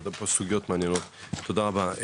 נתת פה סוגיות מעניינות, תודה רבה.